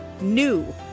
NEW